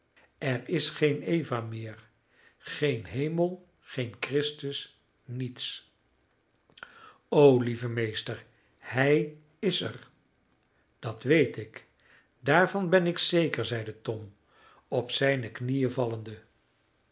er is geen eva meer geen hemel geen christus niets o lieve meester hij is er dat weet ik daarvan ben ik zeker zeide tom op zijne knieën vallende